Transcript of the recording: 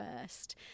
first